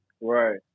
Right